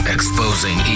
Exposing